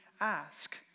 ask